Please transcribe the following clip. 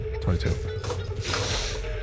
22